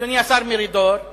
אדוני השר מרידור,